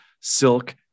silk